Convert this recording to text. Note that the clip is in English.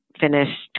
finished